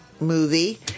movie